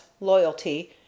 loyalty